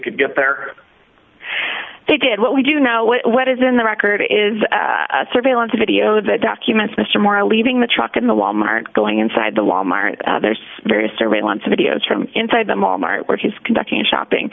could get there they did what we do now is what is in the record is surveillance video that documents mr mora leaving the truck in the wal mart going inside the wal mart there's various surveillance videos from inside the mall mart where he's conducting shopping